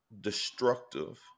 destructive